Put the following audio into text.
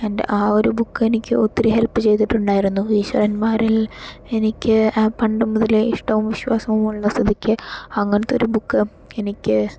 എൻ്റെ ആ ഒരു ബുക്കെനിക്ക് ഒത്തിരി ഹെല്പ് ചെയ്തിട്ടുണ്ടായിരുന്നു ഈശ്വരന്മാരെല്ലാം എനിക്ക് പണ്ടുമുതലേ ഇഷ്ടവും വിശ്വാസവും ഉള്ള സ്ഥിതിക്ക് അങ്ങനത്തെ ഒരു ബുക്ക് എനിക്ക്